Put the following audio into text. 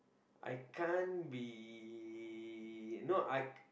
I can't be no I